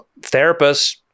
therapists